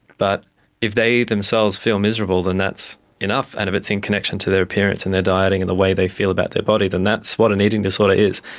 but if they themselves feel miserable, then that's enough, and if it's in connection to their appearance and their dieting and the way they feel about their body, then that's what an eating disorder is.